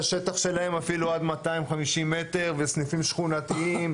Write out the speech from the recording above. שהשטח שלהם אפילו עד 250 מטר וסניפים שכונתיים,